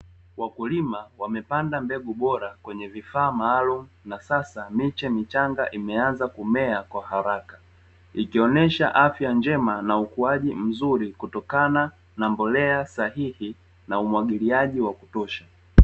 Wakulima wamepanda mbegu bora kwenye vifaa maalumu na sasa miche michanga imeanza kumea kwa haraka, ikionyesha afya njema na ukuaji kutokana na mbolea sahihi na umwagiliaji wa kutosha.